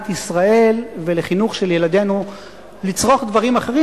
ישראל ולחינוך של ילדינו לצרוך דברים אחרים,